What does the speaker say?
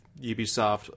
Ubisoft